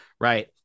Right